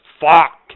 fuck